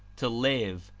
to live,